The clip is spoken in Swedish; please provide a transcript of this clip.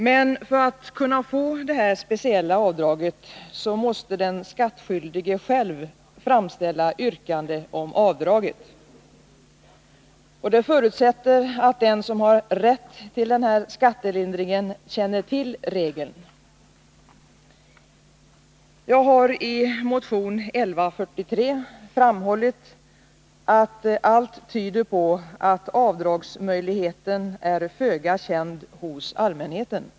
Men för att kunna få detta speciella avdrag måste den skattskyldige själv framställa yrkande om avdraget. Det förutsätter att den som har rätt till denna skattelindring känner till regeln. Jag har i motion 1980/81:1143 framhållit att allt tyder på att avdragsmöjligheten är föga känd hos allmänheten.